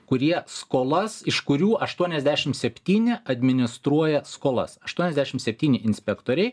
kurie skolas iš kurių aštuoniasdešimt septyni administruoja skolas aštuoniasdešimt septyni inspektoriai